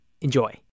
Enjoy